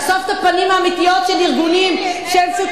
לחשוף את הפנים האמיתיות של ארגונים ששותפים